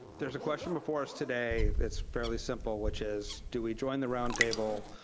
there's a question before us today that's fairly simple, which is do we join the roundtable,